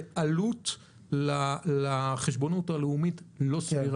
זה עלות לא סבירה לחשבונאות הלאומית.